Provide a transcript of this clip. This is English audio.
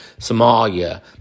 Somalia